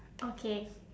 okay